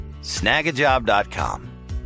Snagajob.com